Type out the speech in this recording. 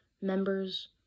members